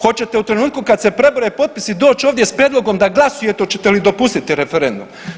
Hoćete u trenutku kad se prebroje potpisi doć ovdje s prijedlogom da glasujete hoćete li dopustit referendum?